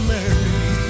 Mary